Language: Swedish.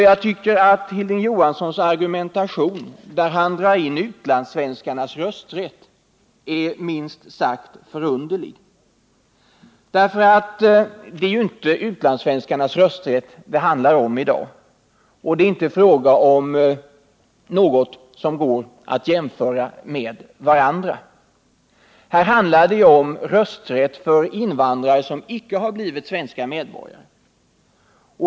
Jag tycker att Hilding Johanssons argumentation, när han drar in utlandssvenskarnas rösträtt, är minst sagt förunderlig. Det är ju inte utlandssvenskarnas rösträtt det handlar om i dag. Här handlar det om rösträtt för invandrare som icke har blivit svenska medborgare.